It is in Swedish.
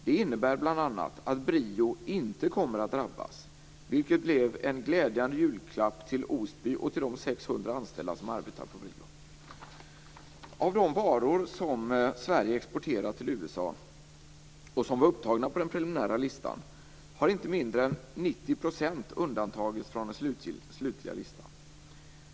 Det innebär bl.a. att BRIO inte kommer att drabbas, vilket blev en glädjande julklapp till Osby och till de Av de varor som Sverige exporterar till USA och som var upptagna på den preliminära listan har inte mindre än 90 % undantagits från den slutliga listan.